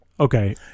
Okay